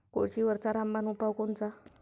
कोळशीवरचा रामबान उपाव कोनचा?